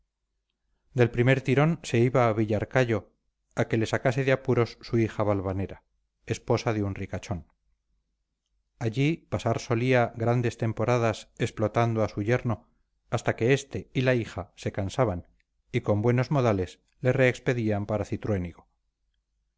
del primer tirón se iba a villarcayo a que le sacase de apuros su hija valvanera esposa de un ricachón allí pasar solía grandes temporadas explotando a su yerno hasta que este y la hija se cansaban y con buenos modales le reexpedían para